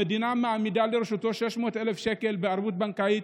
המדינה מעמידה לרשותו 600,000 שקל בערבות בנקאית,